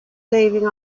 saving